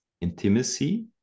intimacy